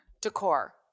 Decor